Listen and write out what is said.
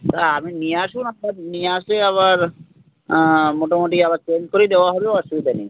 হ্যাঁ আপনি নিয়ে আসুন আপনার নিয়ে আসলেই আবার মোটামুটি আবার চেঞ্জ করেই দেওয়া হবে অসুবিধা নেই